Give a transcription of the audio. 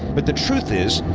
but the truth is,